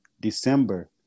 December